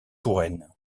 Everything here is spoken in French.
touraine